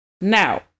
Now